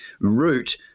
root